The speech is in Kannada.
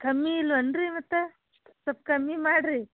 ಕಮ್ಮಿ ಇಲ್ವೇನ್ರೀ ಮತ್ತೆ ಸ್ವಲ್ಪ ಕಮ್ಮಿ ಮಾಡಿರಿ